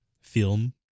Film